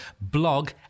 blog